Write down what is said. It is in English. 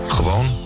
Gewoon